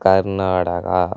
Karnataka